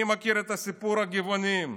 מי מכיר את סיפור הגבעונים?